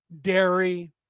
dairy